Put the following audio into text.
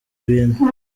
bintu